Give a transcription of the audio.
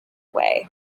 way